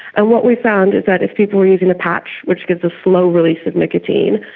and what we found is that if people were using the patch which gives a slow-release of nicotine,